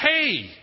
hey